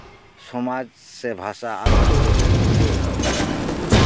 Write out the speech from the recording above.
ᱥᱚᱢᱟᱡ ᱥᱮ ᱵᱷᱟᱥᱟ ᱟᱨᱚ ᱞᱤᱪᱟᱹᱲ ᱛᱮ ᱪᱟᱞᱟᱜᱚᱜ ᱠᱟᱱᱟ